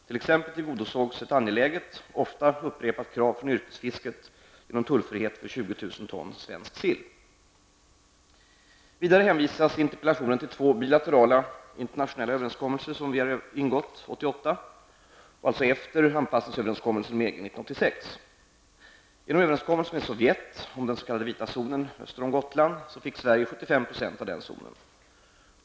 T.ex. tillgodosågs ett angeläget, ofta upprepat krav från yrkesfisket genom tullfrihet för Vidare hänvisas i interpellationen till två bilaterala internationella överenskommelser som Sverige ingått 1988, således efter anpassningsöverenskommelsen med EG 1986. 75 % av denna zon.